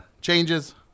changes